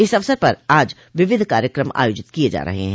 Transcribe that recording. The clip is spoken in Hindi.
इस अवसर पर आज विविध कार्यक्रम आयोजित किए जा रहे हैं